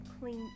clean